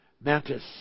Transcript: mantis